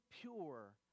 pure